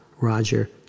Roger